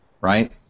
right